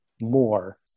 more